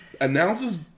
announces